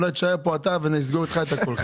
אולי תישאר פה אתה ונסגור איתך את הכול.